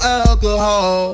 alcohol